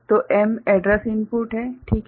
तो m address input है ठीक है